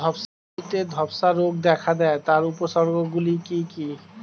আলুতে ধ্বসা রোগ দেখা দেয় তার উপসর্গগুলি কি কি?